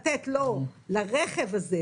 מן הסתם מכנה אותו "הרזרבי",